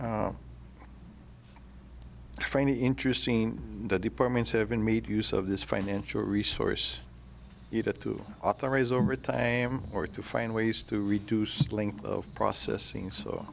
any interesting departments have been made use of this financial resource you get to authorize overtime or to find ways to reduce the length of processing so